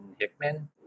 Hickman